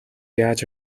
яаж